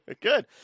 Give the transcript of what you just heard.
Good